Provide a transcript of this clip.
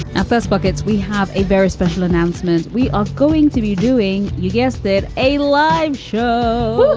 at first puckett's we have a very special announcement we are going to be doing, you guessed it, a live show.